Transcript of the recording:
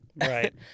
Right